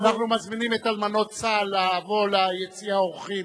אנחנו מזמינים את אלמנות צה"ל לבוא ליציע האורחים.